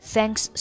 Thanks